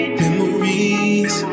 memories